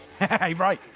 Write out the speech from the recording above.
Right